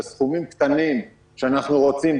בסכומים קטנים שאנחנו רוצים,